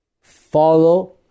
Follow